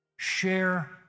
Share